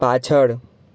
પાછળ